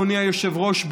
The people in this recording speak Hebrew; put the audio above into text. אדוני היושב-ראש,